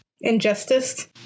injustice